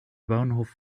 bahnhof